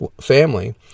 family